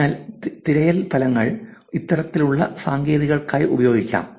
അതിനാൽ തിരയൽ ഫലങ്ങൾ ഇത്തരത്തിലുള്ള സാങ്കേതികതകൾക്കായി ഉപയോഗിക്കാം